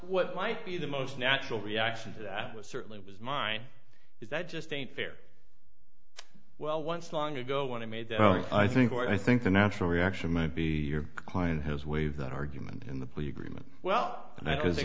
what might be the most natural reaction to that was certainly was mine is that just ain't fair well once long ago when i made i think i think the natural reaction might be your client has waived that argument in the plea agreement well that is that th